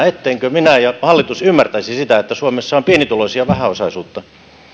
ettemmekö minä ja hallitus ymmärtäisi sitä että suomessa on pienituloisia ja vähäosaisuutta